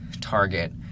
target